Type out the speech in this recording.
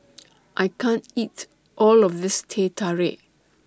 I can't eat All of This Teh Tarik